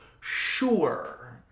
sure